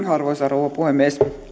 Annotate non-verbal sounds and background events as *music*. *unintelligible* arvoisa rouva puhemies